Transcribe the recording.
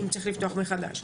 אם צריך לפתוח מחדש,